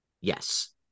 yes